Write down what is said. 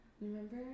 remember